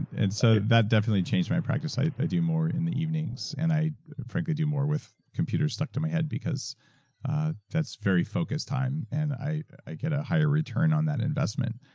and so that definitely changed my practice. i i do more in the evenings and i frankly do more with computer stuck to my head because that's very focused time and i i get a higher return on that investment.